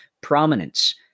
prominence